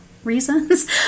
reasons